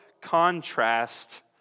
contrast